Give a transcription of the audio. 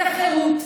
בשמחה.